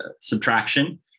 subtraction